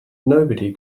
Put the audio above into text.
nobody